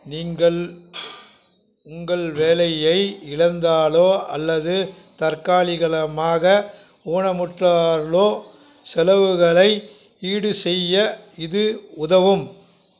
நீங்கள் உங்கள் வேலையை இழந்தாலோ அல்லது தற்காலிகமாக ஊனமுற்றாலோ செலவுகளை ஈடுசெய்ய இது உதவும்